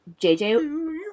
JJ